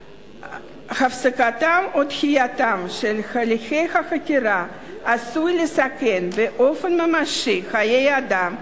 הפסקתם או דחייתם של הליכי החקירה עשויה לסכן באופן ממשי חיי אדם,